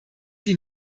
die